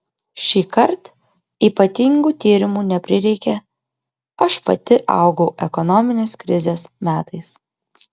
šįkart ypatingų tyrimų neprireikė aš pati augau ekonominės krizės metais